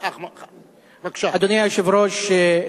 אדוני היושב-ראש,